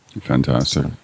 Fantastic